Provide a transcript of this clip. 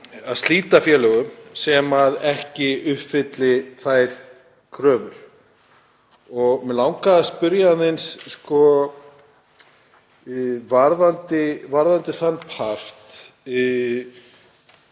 að slíta félögum sem ekki uppfylli þær kröfur. Mig langaði að spyrja aðeins varðandi þann part: